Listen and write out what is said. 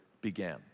began